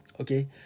Okay